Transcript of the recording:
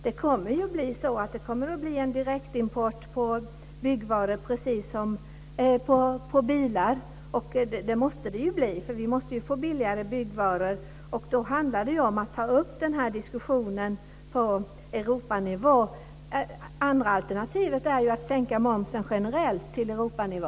Det kommer ju att bli en direktimport av byggvaror, precis som när det gäller bilar. Det måste det bli, eftersom vi måste få billigare byggvaror. Då handlar det ju om att ta upp den här diskussionen på Europanivå. Det andra alternativet är att sänka momsen generellt till Europanivå.